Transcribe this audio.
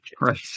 right